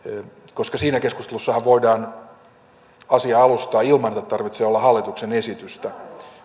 koska siinä keskustelussahan voidaan asiaa alustaa ilman että tarvitsee olla hallituksen esitystä